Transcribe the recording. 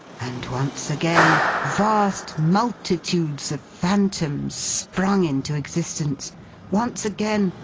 and once again, vast multitudes of phantoms sprung into existence once again,